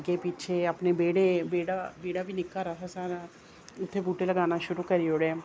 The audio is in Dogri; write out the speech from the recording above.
अग्गे पिच्छे अपने बेह्ड़े बेह्ड़ा बेह्ड़ा बी निक्का हारा हा साढ़ा उत्थै बूह्टे लगाना शुरू करी ओड़े